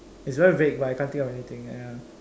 it's very vague but I can't think of anything ya